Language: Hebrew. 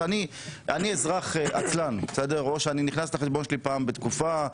אני אזרח עצלן או שאני נכנס לחשבון שלי פעם בתקופה.